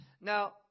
Now